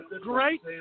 great